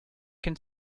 can